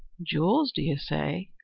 jewels, do you say?